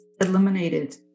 eliminated